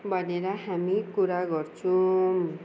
भनेर हामी कुरा गर्छौँ